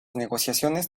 negociaciones